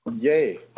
Yay